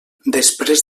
després